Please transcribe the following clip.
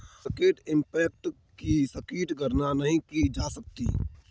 market impact की सटीक गणना नहीं की जा सकती